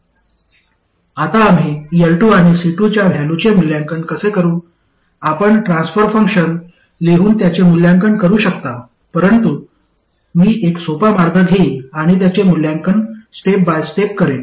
आता आम्ही L2 आणि C2 च्या व्हॅलूचे मूल्यांकन कसे करू आपण ट्रान्फर फंक्शन लिहून त्याचे मूल्यांकन करू शकता परंतु मी एक सोपा मार्ग घेईन आणि त्याचे मूल्यांकन स्टेप बाय स्टेप करेन